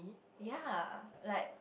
ya like